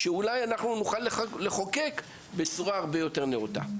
ואולי אנחנו נוכל לחוקק בצורה הרבה יותר נאותה.